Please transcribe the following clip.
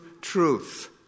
truth